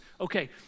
Okay